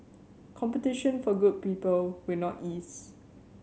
competition for good people will not ease